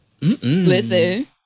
Listen